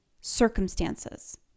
circumstances